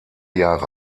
jahre